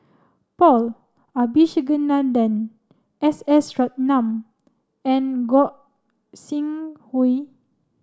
Paul Abisheganaden S S Ratnam and Gog Sing Hooi